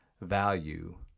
value